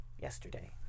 yesterday